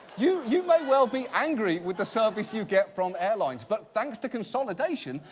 you you may well be angry with the service you get from airlines but thanks to consolidation,